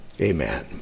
Amen